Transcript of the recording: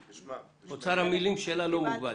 אוצר המילים שלה לא מוגבל.